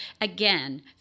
Again